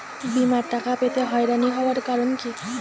বিমার টাকা পেতে হয়রানি হওয়ার কারণ কি?